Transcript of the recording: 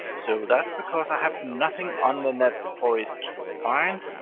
so that's because i have nothing on the net for it to find.